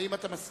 האם אתה מסכים?